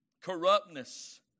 corruptness